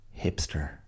hipster